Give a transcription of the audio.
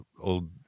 old